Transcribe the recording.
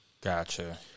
Gotcha